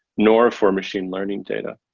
nor for machine learning data.